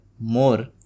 more